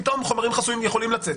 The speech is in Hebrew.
פתאום חומרים חסויים יכולים לצאת.